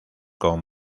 con